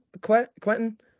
Quentin